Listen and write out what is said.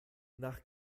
nach